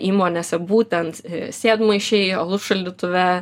įmonėse būtent sėdmaišiai alus šaldytuve